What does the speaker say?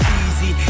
easy